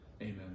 Amen